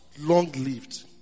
Long-lived